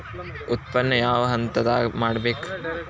ಉತ್ಪನ್ನ ಯಾವ ಹಂತದಾಗ ಮಾಡ್ಬೇಕ್?